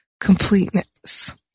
completeness